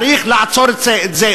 צריך לעצור את זה.